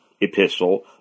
epistle